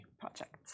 project